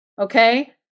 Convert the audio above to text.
Okay